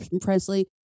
Presley